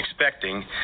expecting